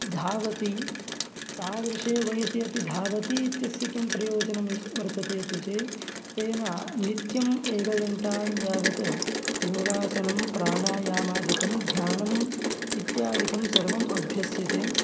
धावति तादृशे वयसि अपि धावतीत्यस्य किं प्रयोजनं स् वर्तते इति चेत् तेन नित्यम् एकघण्टा यावत् योगासनं प्राणायामादिकं ध्यानम् इत्यादिकं सर्वम् अभ्यस्यते